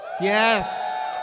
Yes